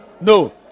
no